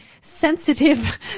sensitive